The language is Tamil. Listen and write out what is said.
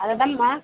அதுதான்மா